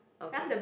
okay